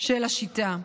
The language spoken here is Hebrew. של השיטה.